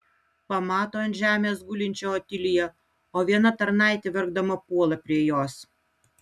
pamato ant žemės gulinčią otiliją o viena tarnaitė verkdama puola prie jos